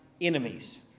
enemies